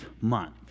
month